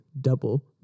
double